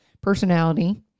personality